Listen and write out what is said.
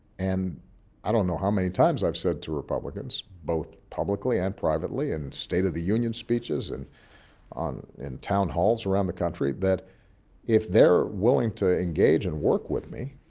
and i don't know how many times i've said to republicans, both publicly and privately, in state of the union speeches, and in town halls around the country, that if they're willing to engage and work with me,